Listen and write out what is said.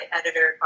editor